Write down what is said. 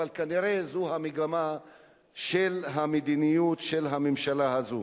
אבל כנראה זו המגמה של המדיניות של הממשלה הזאת.